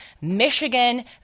Michigan